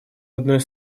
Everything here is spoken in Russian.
одной